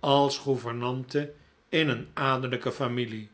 als gouvernante in een adellijke familie